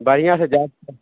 बढ़िआँसँ जाँच